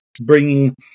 bringing